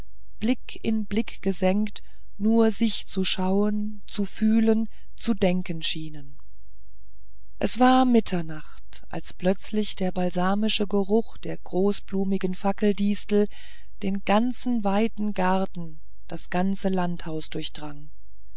blick in blick gesenkt nur sich zu schauen zu fühlen zu denken schienen es war mitternacht als plötzlich der balsamische geruch der großblumigen fackeldistel den ganzen weiten garten das ganze landhaus durchdrang